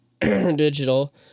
digital